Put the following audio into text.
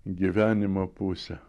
gyvenimo pusė